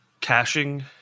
caching